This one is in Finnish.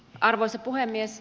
arvoisa puhemies